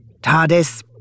TARDIS